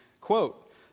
quote